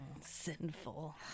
Sinful